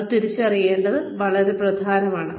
ഇത് തിരിച്ചറിയേണ്ടത് വളരെ പ്രധാനമാണ്